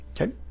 Okay